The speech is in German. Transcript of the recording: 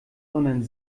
sondern